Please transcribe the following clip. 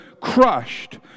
crushed